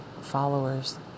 followers